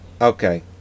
Okay